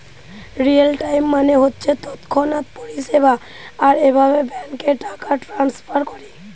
real time মানে হচ্ছে তৎক্ষণাৎ পরিষেবা আর এভাবে ব্যাংকে টাকা ট্রাস্নফার কোরে